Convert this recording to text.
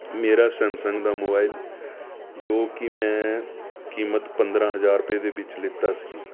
ਮੇਰਾ ਸੈਮਸੰਗ ਦਾ ਮੋਬਾਈਲ ਜੋ ਕਿ ਮੈਂ ਕੀਮਤ ਪੰਦਰਾਂ ਹਜ਼ਾਰ ਰੁਪਏ ਦੇ ਵਿੱਚ ਲਿੱਤਾ ਸੀ